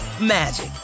magic